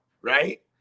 right